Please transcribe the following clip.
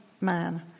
man